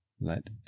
Let